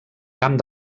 camp